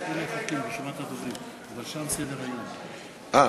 סליחה, סליחה,